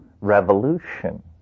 revolution